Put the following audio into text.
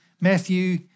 Matthew